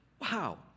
Wow